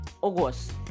August